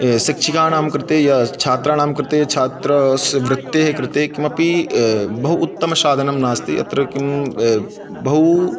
ये शिक्षकाणां कृते य छात्राणां कृते छात्रस्य वृत्तेः कृते किमपि बहु उत्तमसाधनं नास्ति अत्र किं बहु